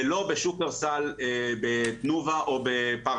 ולא בשופרסל, בתנובה או בפרטנר.